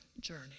journey